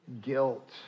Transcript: guilt